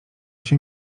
się